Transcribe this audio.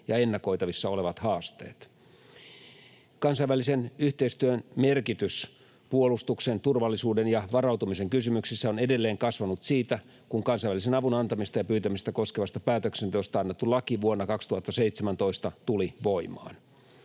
ja ennakoitavissa olevat haasteet. Kansainvälisen yhteistyön merkitys puolustuksen, turvallisuuden ja varautumisen kysymyksissä on edelleen kasvanut siitä, kun kansainvälisen avun antamista ja pyytämistä koskevasta päätöksenteosta annettu laki vuonna 2017 tuli voimaan.